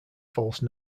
false